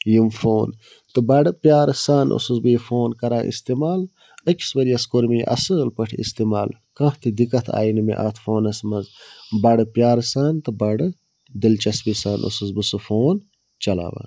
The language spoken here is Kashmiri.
یِم فون تہٕ بَڈٕ پیارٕ سان اوسُس بہٕ یہِ فون کَران اِستعمال أکِس ؤرۍیَس کوٚر مےٚ یہِ اَصٕل پٲٹھۍ اِستعمال کانٛہہ تہِ دِقعت آیہِ نہٕ مےٚ اَتھ فونَس منٛز بَڈٕ پیارٕ سان تہٕ بَڈٕ دِلچَسپی سان اوسُس بہٕ سُہ فون چَلاوان